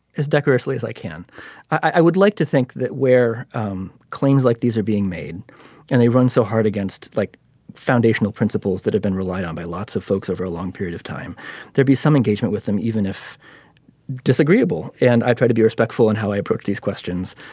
as decorous as i can i would like to think that where um claims like these are being made and they run so hard against like foundational principles that have been relied on by lots of folks over a long period of time there'll be some engagement with them even if disagreeable and i try to be respectful in how i approach these questions.